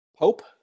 Pope